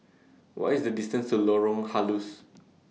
What IS The distance to Lorong Halus